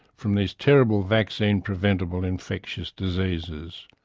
from these terrible vaccine preventable infectious diseases.